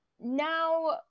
Now